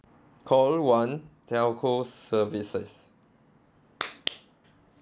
call one telco services